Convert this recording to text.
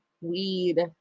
weed